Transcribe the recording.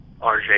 RJ